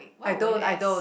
I don't I don't